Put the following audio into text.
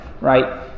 right